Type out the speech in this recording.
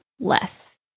less